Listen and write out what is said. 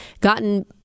gotten